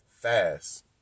fast